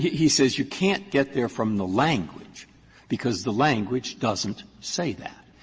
he says you can't get there from the language because the language doesn't say that.